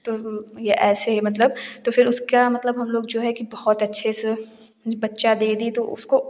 तो ऐसे मतलब तो फ़िर इसका मतलब हम लोग जो है कि बहुत अच्छे से बच्चा दे दी तो उसको